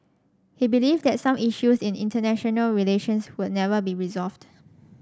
he believed that some issues in international relations would never be resolved